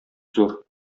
зур